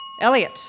Elliot